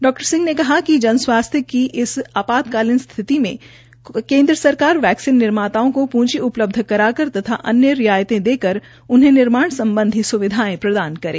डॉ सिंह ने कहा कि जन स्वास्थ्य की आपातकालीन स्थिति मे केन्द्र सरकार वैक्सीन निर्माताओं को पूंजी उपलब्ध करा कर त्था अन्य रियारते देकर उन्हें निर्माण सम्बधी सुविधा प्रदान करें